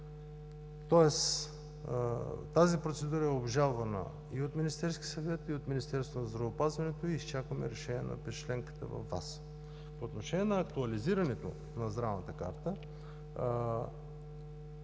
Тоест тази процедура е обжалвана от Министерския съвет и от Министерството на здравеопазването и изчакваме решение на петчленката във ВАС. По отношение на актуализирането на Здравната карта